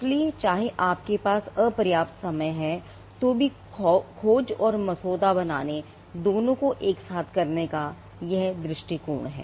इसलिए चाहे आपके पास अपर्याप्त समय है तो भी खोज और मसौदा बनाने दोनों को एक साथ करने का यह एक दृष्टिकोण है